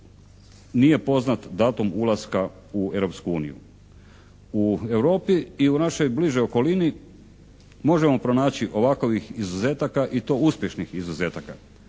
nije poznat datum ulaska u Europsku uniju. U Europi i u našoj bližoj okolini možemo pronaći ovakovih izuzetaka i to uspješnih izuzetaka.